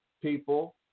people